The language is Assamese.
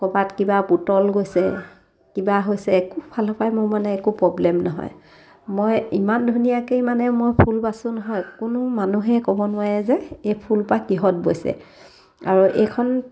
ক'ৰবাত কিবা পুতল গৈছে কিবা হৈছে একোফালৰপৰাই মোৰ মানে একো প্ৰব্লেম নহয় মই ইমান ধুনীয়াকৈয়ে মানে মই ফুল বাচোঁ নহয় কোনো মানুহে ক'ব নোৱাৰে যে এই ফুলপাহ কিহত বৈছে আৰু এইখন